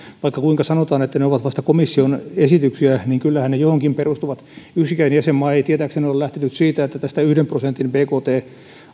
vaikka kuinka sanotaan että ne ovat vasta komission esityksiä niin kyllähän ne johonkin perustuvat yksikään jäsenmaa ei tietääkseni ole lähtenyt siitä että tästä yhden prosentin bkt